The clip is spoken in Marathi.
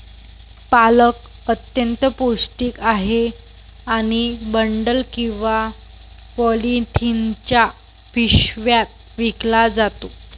पालक अत्यंत पौष्टिक आहे आणि बंडल किंवा पॉलिथिनच्या पिशव्यात विकला जातो